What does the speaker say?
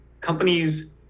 companies